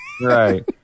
Right